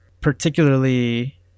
particularly